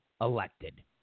elected